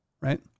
Right